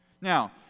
Now